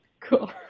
cool